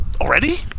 Already